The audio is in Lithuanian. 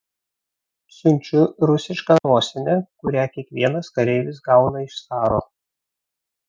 siunčiu rusišką nosinę kurią kiekvienas kareivis gauna iš caro